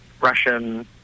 Russian